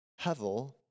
Hevel